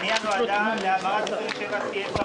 המשרד לביטחון פנים.